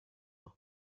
aber